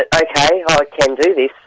i can do this.